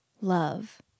love